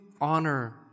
honor